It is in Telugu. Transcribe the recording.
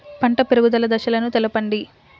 పంట పెరుగుదల దశలను తెలపండి?